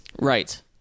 Right